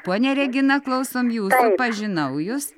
ponia regina klausom jūsų pažinau jus